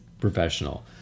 professional